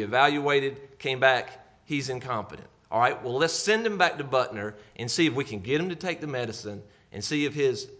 be evaluated came back he's incompetent all right well let's send him back to butner and see if we can get him to take the medicine and see if his